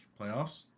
playoffs